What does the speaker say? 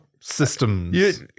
Systems